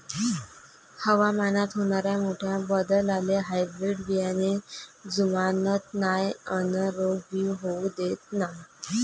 हवामानात होनाऱ्या मोठ्या बदलाले हायब्रीड बियाने जुमानत नाय अन रोग भी होऊ देत नाय